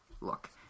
look